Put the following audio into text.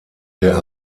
der